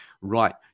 right